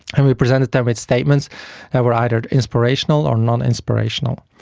and we presented them with statements that were either inspirational or non-inspirational.